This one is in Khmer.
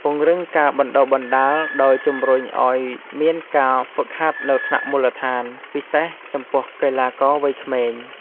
ពង្រឹងការបណ្ដុះបណ្ដាល ដោយជំរុញឲ្យមានការហ្វឹកហាត់នៅថ្នាក់មូលដ្ឋាន ពិសេសចំពោះកីឡាករវ័យក្មេង។